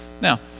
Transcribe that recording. Now